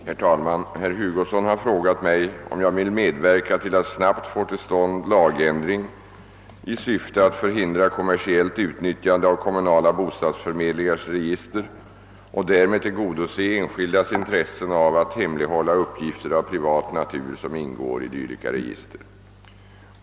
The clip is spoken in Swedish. Herr talman! Herr Hugosson har frågat mig, om jag vill medverka till att snabbt få till stånd lagändring i syfte att förhindra kommersiellt utnyttjande av kommunala bostadsförmedlingars register och därmed tillgodose enskildas intressen av att hemlighålla uppgifter av privat natur som ingår i dylika register.